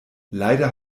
leider